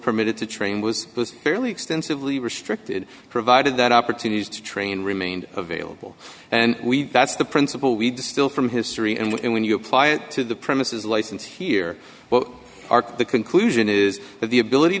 permitted to train was fairly extensively restricted provided that opportunities to train remained available and that's the principle we distill from history and when you apply it to the premises license here are the conclusion is that the ability